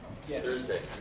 Thursday